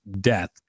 death